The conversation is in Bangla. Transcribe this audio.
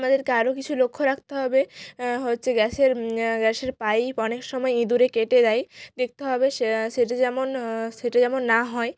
আমাদেরকে আরও কিছু লক্ষ্য রাখতে হবে হচ্ছে গ্যাসের গ্যাসের পাইপ অনেক সময় ইঁদুরে কেটে দেয় দেখতে হবে সেটা যেন সেটা যেন না হয়